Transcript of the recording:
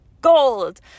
gold